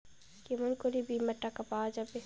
কেমন করি বীমার টাকা পাওয়া যাবে?